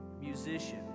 musician